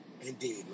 Indeed